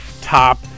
top